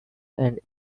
and